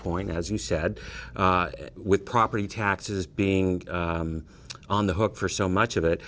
point as you said with property taxes being on the hook for so much of it